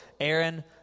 Aaron